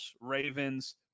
Ravens